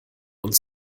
uns